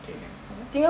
okay okay mmhmm